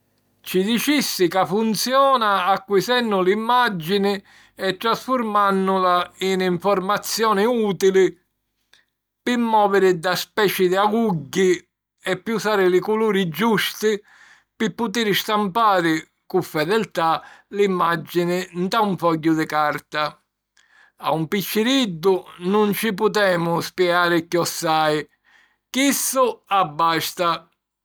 Ci dicissi ca funziona acquisennu l'imàgini e trasfurmànnula in informazioni ùtili pi mòviri dda speci di agugghi e pi ùsari li culuri giusti pi putiri stampari cu fedeltà l'imàgini nta un fogghiu di carta. A un picciriddu nun ci putemu spiegari chiossai: chissu abbasta.